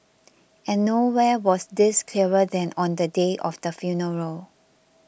and nowhere was this clearer than on the day of the funeral